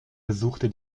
besuchte